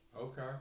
Okay